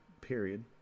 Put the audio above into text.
period